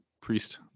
priest